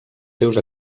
seus